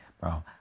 Bro